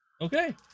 Okay